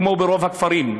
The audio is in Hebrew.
כמו ברוב הכפרים.